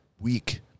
week